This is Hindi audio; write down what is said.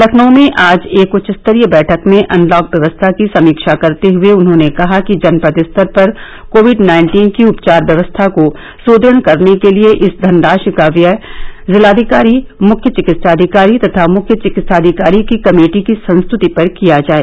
लखनऊ में आज एक उच्च स्तरीय बैठक में अनलॉक व्यवस्था की समीक्षा करते हुए उन्होंने कहा कि जनपद स्तर पर कोविड नाइन्टीन की उपचार व्यवस्था को सुदृढ़ करने के लिए इस धनराशि का व्यय जिलाविकारी मुख्य विकित्साधिकारी तथा मुख्य चिकित्साधिकारी की कमेटी की संस्तृति पर किया जाए